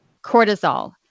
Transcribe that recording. cortisol